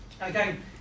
Again